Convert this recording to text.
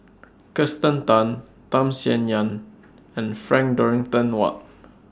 Kirsten Tan Tham Sien Yen and Frank Dorrington Ward